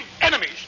Enemies